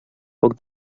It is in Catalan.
poc